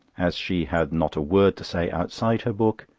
as she had not a word to say outside her book,